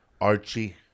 Archie